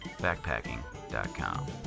backpacking.com